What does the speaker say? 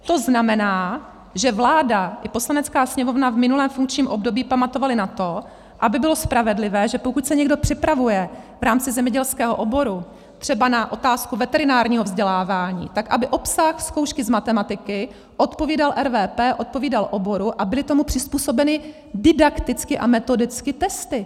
To znamená, že vláda i Poslanecká sněmovna v minulém funkčním období pamatovaly na to, aby bylo spravedlivé, že pokud se někdo připravuje v rámci zemědělského oboru třeba na otázku veterinárního vzdělávání, tak aby obsah zkoušky z matematiky odpovídal RVP, odpovídal oboru a byly tomu přizpůsobeny didakticky a metodicky testy.